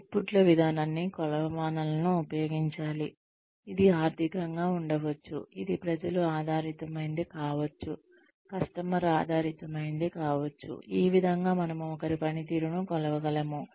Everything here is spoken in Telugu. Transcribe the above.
అవుట్పుట్ ల విధానాన్ని కొలమానాలను ఉపయోగించాలి ఇది ఆర్థికంగా ఉండవచ్చు ఇది ప్రజలు ఆధారితమైనది కావచ్చు కస్టమర్ ఆధారితమైనది కావచ్చు ఈ విధంగా మనము ఒకరి పనితీరును కొలవగలము